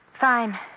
Fine